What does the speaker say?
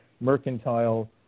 mercantile